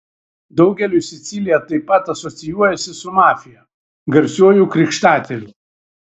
daugeliui sicilija taip pat asocijuojasi su mafija garsiuoju krikštatėviu